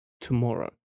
tomorrow